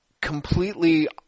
completely